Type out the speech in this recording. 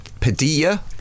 Padilla